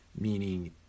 meaning